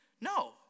No